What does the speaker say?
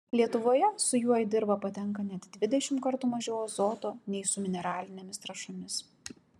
lietuvoje su juo į dirvą patenka net dvidešimt kartų mažiau azoto nei su mineralinėmis trąšomis